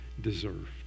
deserved